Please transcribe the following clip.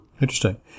Interesting